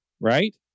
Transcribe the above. right